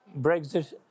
Brexit